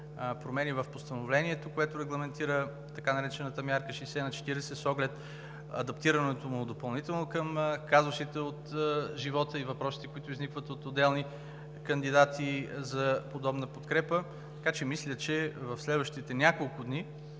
промени в Постановлението, което регламентира така наречената мярка 60/40 с оглед адаптирането му допълнително към казусите от живота и въпросите, които изникват от отделни кандидати за подобна подкрепа. Мисля, че в следващите няколко дни